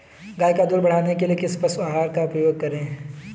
गाय का दूध बढ़ाने के लिए किस पशु आहार का उपयोग करें?